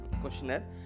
questionnaire